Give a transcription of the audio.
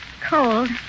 cold